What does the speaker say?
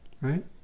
right